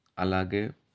అలాగే